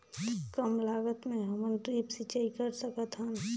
कम लागत मे हमन ड्रिप सिंचाई कर सकत हन?